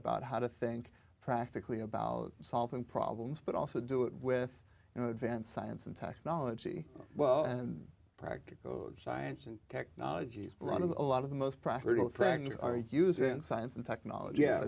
about how to think practically about solving problems but also do it with you know advance science and technology well and practical science and technology is one of the a lot of the most practical things are using science and technology